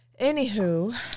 Anywho